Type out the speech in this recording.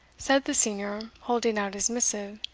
said the senior, holding out his missive,